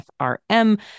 FRM